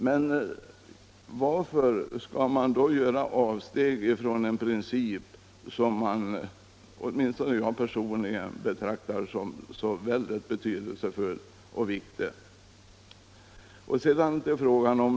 Men varför skall man då göra avsteg från en princip som man - åtminstone jag personligen — betraktar som så väldigt betydelsefull och viktig?